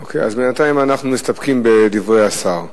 אוקיי, אז בינתיים אנחנו מסתפקים בדברי השר.